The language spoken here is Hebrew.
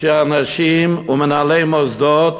שאנשים ומנהלי מוסדות